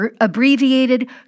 abbreviated